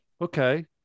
okay